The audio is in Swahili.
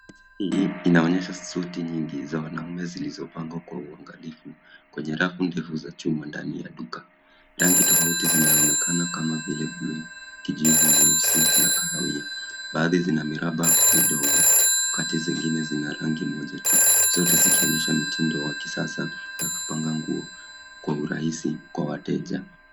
Picha hii inaonyesha suti nyingi za wanaume zilizopangwa kwa uangalifu kwenye rafu ndefu za chuma ndani ya duka. Rangi tofauti zinaonekana kama vile bluu, kijivu, nyeusi na kahawia. Baadhi zina miraba midogo wakati zingine ziko na rangi moja tu. Zote zinaonyesha mitindo ya kisasa ya kupanga nguo kwa rahisi ya wateja.